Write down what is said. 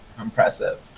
impressive